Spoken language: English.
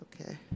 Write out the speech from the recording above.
Okay